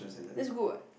that's good what